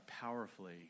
powerfully